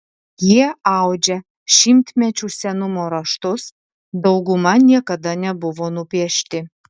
jie audžia šimtmečių senumo raštus dauguma niekada nebuvo nupiešti